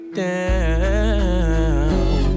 down